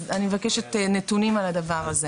אני מבקשת נתונים על זה.